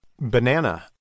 banana